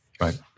right